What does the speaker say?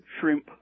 Shrimp